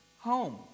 home